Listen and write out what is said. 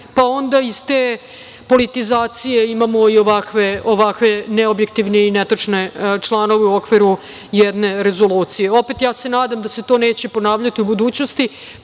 pa onda iz te politizacije imamo i ovakve neobjektivne i netačne članove u okviru jedne rezolucije. Opet, ja se nadam da se to neće ponavljati u budućnosti,